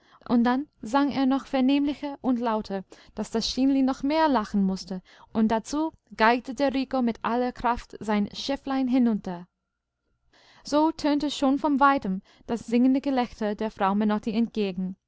und dann sang er noch vernehmlicher und lauter daß das stineli noch mehr lachen mußte und dazu geigte der rico mit aller kraft sein schäflein hinunter so tönte schon von weitem das singende gelächter der frau menotti entgegen